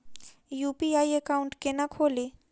UPI account केना खोलि?